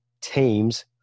teams